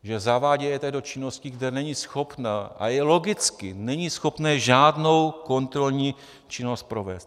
Že zavádí EET do činností, kde není schopné, logicky není schopné žádnou kontrolní činnost provést.